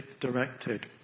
directed